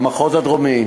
במחוז הדרומי,